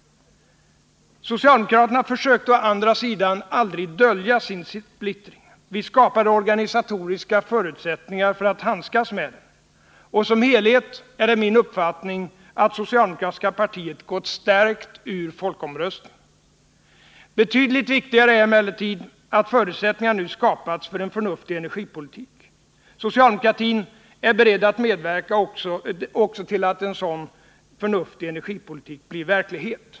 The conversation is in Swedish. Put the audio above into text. Socialdemokraterna försökte å andra sidan aldrig dölja sin splittring. Vi skapade organisatoriska förutsättningar att handskas med den. Och som helhet är det min uppfattning att socialdemokratiska partiet gått stärkt ur folkomröstningen. Betydligt viktigare är emellertid att förutsättningar nu skapats för en förnuftig energipolitik. Socialdemokratin är beredd att medverka också till att en sådan förnuftig energipolitik blir verklighet.